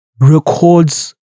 records